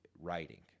writing